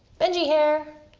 benji hair!